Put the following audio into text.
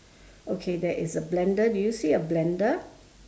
okay there is a blender do you see a blender